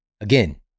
Again